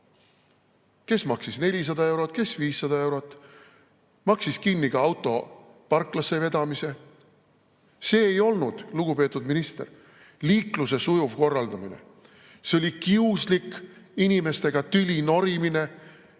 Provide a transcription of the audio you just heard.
kes maksis 400 eurot, kes 500 eurot, maksis kinni ka auto parklasse vedamise. See ei olnud, lugupeetud minister, liikluse sujuv korraldamine. See oli kiuslik inimestega tüli norimine,